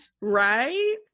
Right